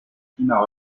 climat